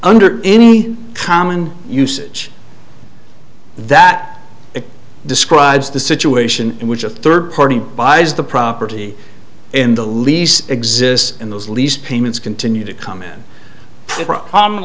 under any common usage that describes the situation in which a third party buys the property in the lease exists in those lease payments continue to come in common